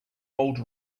old